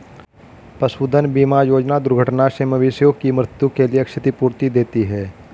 पशुधन बीमा योजना दुर्घटना से मवेशियों की मृत्यु के लिए क्षतिपूर्ति देती है